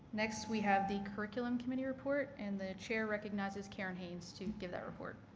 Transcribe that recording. next we have the curriculum committee report and the chair recognizes karen haines to give that report.